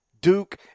Duke